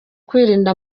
kwirinda